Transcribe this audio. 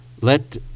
let